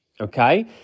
okay